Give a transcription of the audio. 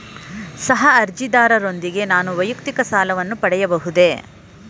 ಸಹ ಅರ್ಜಿದಾರರೊಂದಿಗೆ ನಾನು ವೈಯಕ್ತಿಕ ಸಾಲವನ್ನು ಪಡೆಯಬಹುದೇ?